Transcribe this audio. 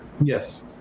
Yes